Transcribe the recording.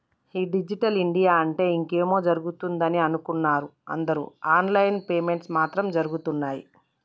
ఈ digital India అంటే ఇంకేమో జరుగుతదని అనుకున్నరు అందరు ఆన్ లైన్ పేమెంట్స్ మాత్రం జరగుతున్నయ్యి